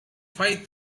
five